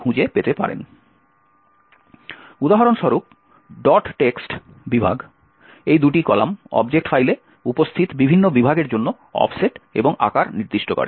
উদাহরণস্বরূপ text বিভাগ এই দুটি কলাম অবজেক্ট ফাইলে উপস্থিত বিভিন্ন বিভাগের জন্য অফসেট এবং আকার নির্দিষ্ট করে